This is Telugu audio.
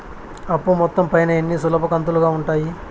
అప్పు మొత్తం పైన ఎన్ని సులభ కంతులుగా ఉంటాయి?